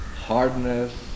hardness